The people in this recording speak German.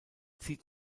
sie